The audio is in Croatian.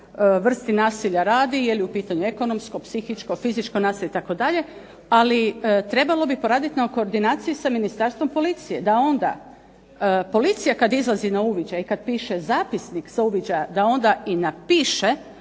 vrsti nasilja radi, jel je u pitanju ekonomsko, psihičko, fizičko nasilje itd. ali trebalo bi poraditi na koordinaciji sa Ministarstvom policije da onda kada policija izlazi na uviđaj i kada piše zapisnik sa uviđaja da onda i napiše